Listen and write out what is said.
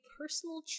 personal